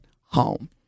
home